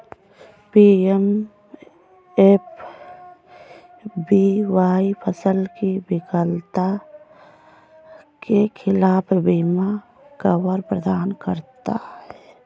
PMFBY फसल की विफलता के खिलाफ बीमा कवर प्रदान करता है